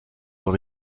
dans